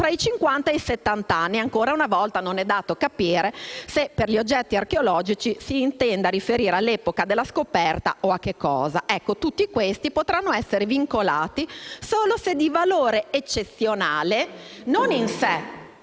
e i settanta anni. Ancora una volta non è dato capire se per gli oggetti archeologici ci si intenda riferire all'epoca della scoperta o ad altro. Tutti questi potranno essere vincolati solo se di valore eccezionale non in sé,